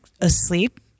asleep